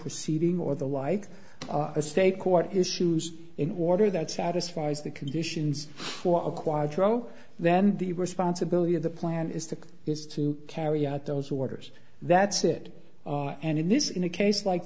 proceeding or the like a state court issues in order that satisfies the conditions for a quadro then the responsibility of the plan is to is to carry out those orders that's it and in this in a case like